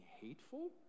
hateful